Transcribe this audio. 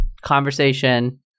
conversation